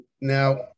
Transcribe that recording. now